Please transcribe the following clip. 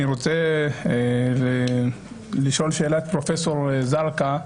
אני רוצה לשאול שאלה את פרופ' זרקא.